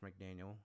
McDaniel